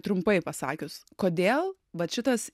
trumpai pasakius kodėl vat šitas